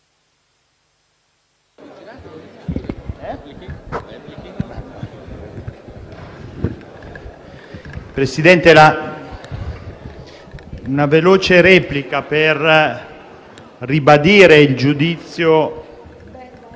Presidente, farò una veloce replica per ribadire il giudizio